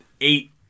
eight